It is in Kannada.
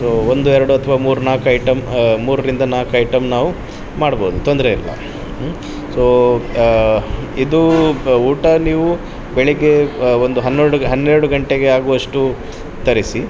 ಸೊ ಒಂದು ಎರಡು ಅಥವಾ ಮೂರು ನಾಲ್ಕು ಐಟಮ್ ಮೂರರಿಂದ ನಾಲ್ಕು ಐಟಮ್ ನಾವು ಮಾಡಬಹುದು ತೊಂದರೆಯಿಲ್ಲ ಸೊ ಇದು ಊಟ ನೀವು ಬೆಳಗ್ಗೆ ಒಂದು ಹನ್ನೊರಡು ಹನ್ನೆರಡು ಗಂಟೆಗೆ ಆಗುವಷ್ಟು ತರಿಸಿ